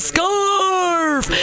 Scarf